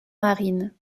marine